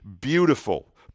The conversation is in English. beautiful